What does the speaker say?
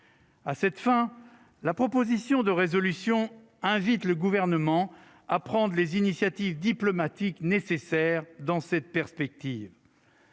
À cette fin, la présente proposition de résolution invite le Gouvernement à prendre les initiatives diplomatiques nécessaires dans cette perspective.